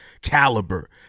caliber